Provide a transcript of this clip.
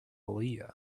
aaliyah